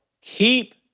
keep